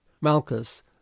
Malchus